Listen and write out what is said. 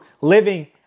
living